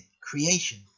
creation